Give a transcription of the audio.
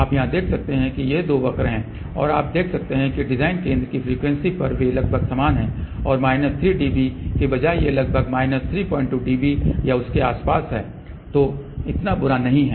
आप यहां देख सकते हैं कि ये दो वक्र हैं और आप देख सकते हैं कि डिजाइन केंद्र की फ्रीक्वेंसी पर वे लगभग समान हैं और माइनस 3 dB के बजाय ये लगभग माइनस 32 dB या इसके आसपास हैं जो इतना बुरा नहीं है